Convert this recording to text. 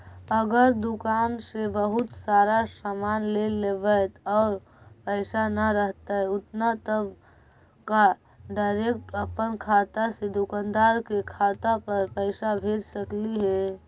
अगर दुकान से बहुत सारा सामान ले लेबै और पैसा न रहतै उतना तब का डैरेकट अपन खाता से दुकानदार के खाता पर पैसा भेज सकली हे?